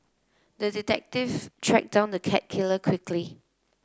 the detective tracked down the cat killer quickly